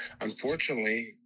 unfortunately